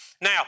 Now